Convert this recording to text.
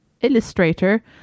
illustrator